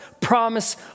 promise